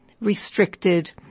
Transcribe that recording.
restricted